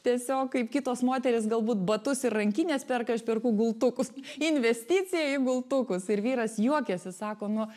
tiesiog kaip kitos moterys galbūt batus ir rankines perka aš perku gultukus investicija į gultukus ir vyras juokiasi sako nuo